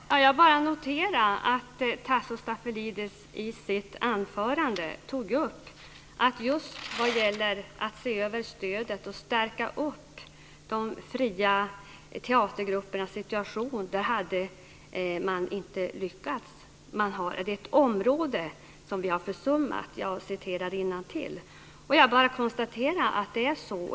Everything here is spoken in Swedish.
Herr talman! Jag bara noterar att Tasso Stafilidis i sitt anförande tog upp att man just när det gäller att se över stödet och stärka de fria teatergruppernas situation inte har lyckats: Det är ett område som vi har försummat - jag citerar innantill. Jag bara konstaterar att det är så.